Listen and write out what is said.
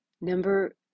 Number